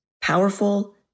powerful